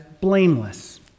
blameless